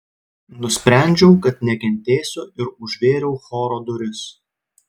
nusprendžiau kad nekentėsiu ir užvėriau choro duris